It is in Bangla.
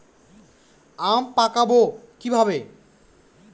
আম পাকাবো কিভাবে?